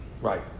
Right